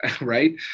right